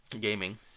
Gaming